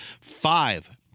five